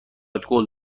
قول